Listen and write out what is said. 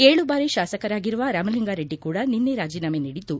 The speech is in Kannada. ಏಳು ಬಾರಿ ಶಾಸಕರಾಗಿರುವ ರಾಮಲಿಂಗಾ ರೆಡ್ಡಿ ಕೂಡ ನಿನ್ನೆ ರಾಜೀನಾಮೆ ನೀಡಿದ್ದು